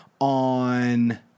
on